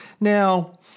Now